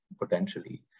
potentially